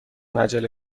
عجله